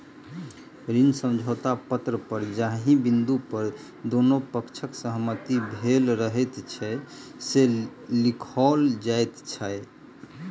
ऋण समझौता पत्र पर जाहि बिन्दु पर दुनू पक्षक सहमति भेल रहैत छै, से लिखाओल जाइत छै